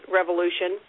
revolution